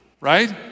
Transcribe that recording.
right